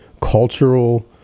cultural